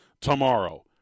tomorrow